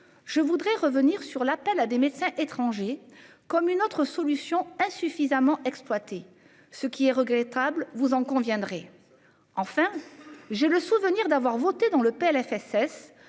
Je voudrais revenir sur l'appel à des médecins étrangers comme une autre solution insuffisamment exploité ce qui est regrettable, vous en conviendrez. Enfin j'ai le souvenir d'avoir voté dans le Plfss